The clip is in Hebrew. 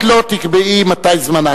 את לא תקבעי מתי זמנה תם.